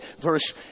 verse